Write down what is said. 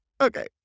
Okay